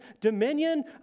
dominion